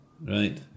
Right